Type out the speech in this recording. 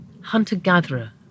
hunter-gatherer